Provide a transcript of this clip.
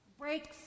breaks